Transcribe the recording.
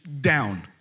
down